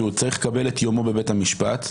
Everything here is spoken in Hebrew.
שהוא צריך לקבל את יומו בבית המשפט.